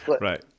right